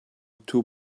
two